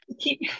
keep